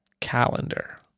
Calendar